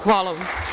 Hvala.